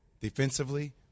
defensively